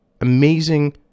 amazing